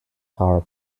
power